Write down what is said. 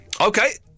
Okay